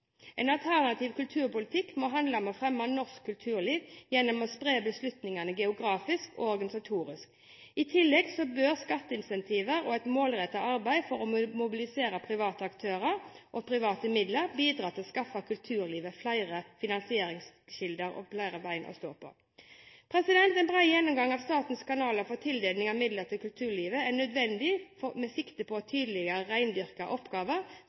En alternativ kulturpolitikk må handle om å fremme norsk kulturliv gjennom å spre beslutningene geografisk og organisatorisk. I tillegg bør skatteincentiver og et målrettet arbeid for å mobilisere private aktører og private midler bidra til å skaffe kulturlivet flere finansieringskilder og flere ben å stå på. En bred gjennomgang av statens kanaler for tildeling av midler til kulturlivet er nødvendig med sikte på tydeligere rendyrking av oppgaver